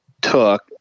took